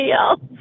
else